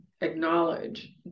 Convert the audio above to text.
acknowledge